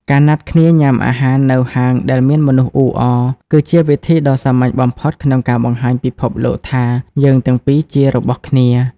ការណាត់គ្នាញ៉ាំអាហារនៅហាងដែលមានមនុស្សអ៊ូអរ គឺជាវិធីដ៏សាមញ្ញបំផុតក្នុងការបង្ហាញពិភពលោកថា «យើងទាំងពីរជារបស់គ្នា»។